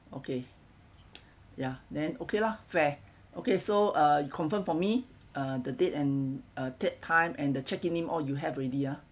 okay ya then okay lah fair okay so uh confirm for me uh the date and uh date time and the check in name uh you have already ah